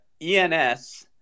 ENS